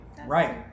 right